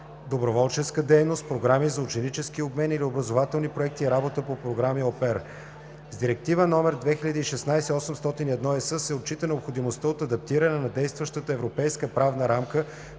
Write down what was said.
доброволческа дейност, програми за ученически обмен или образователни проекти и работа по програми „au pair“. С Директива (ЕС) № 2016/801 се отчита необходимостта от адаптиране на действащата европейска правна рамка